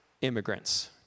immigrants